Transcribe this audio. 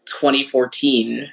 2014